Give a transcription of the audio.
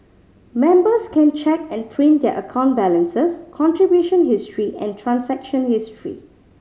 members can check and print their account balances contribution history and transaction history